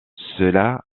cela